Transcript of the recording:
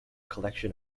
collection